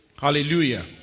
Hallelujah